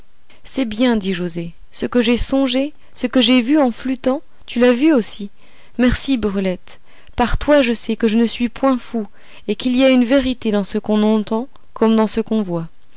c'est bien dit joset ce que j'ai songé ce que j'ai vu en flûtant tu l'as vu aussi merci brulette par toi je sais que je ne suis point fou et qu'il y a une vérité dans ce qu'on entend comme dans ce